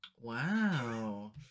Wow